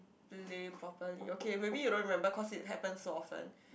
play properly okay maybe you don't remember cause it happen so often